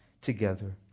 together